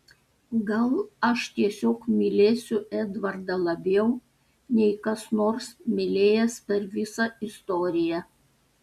gal aš tiesiog mylėsiu edvardą labiau nei kas nors mylėjęs per visą istoriją